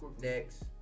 Next